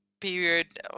period